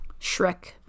Shrek